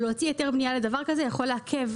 ולהוציא היתר בנייה לדבר כזה יכול לעכב